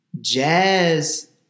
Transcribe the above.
Jazz